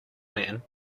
man